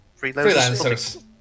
freelancers